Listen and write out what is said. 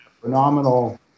phenomenal